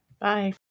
Bye